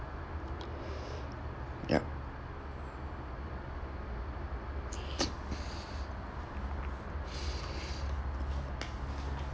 yup